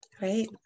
right